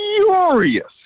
furious